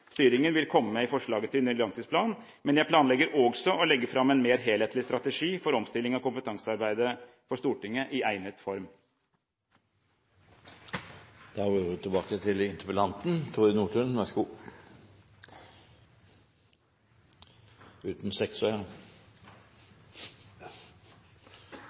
vil komme i forslaget til ny langtidsplan, men jeg planlegger også å legge fram en mer helhetlig strategi for omstillingen av kompetansearbeidet for Stortinget i egnet form. Tore Nordtun, vær så god – uten sekk, ser presidenten. Jeg vil først og